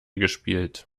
gespielt